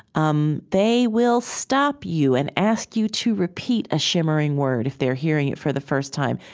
um they will stop you and ask you to repeat a shimmering word if they're hearing it for the first time.